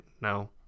No